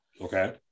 Okay